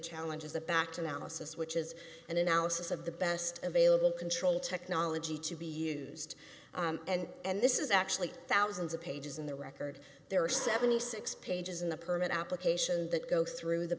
challenge is the back to malices which is an analysis of the best available control technology to be used and this is actually thousands of pages in the record there are seventy six pages in the permit application that go through the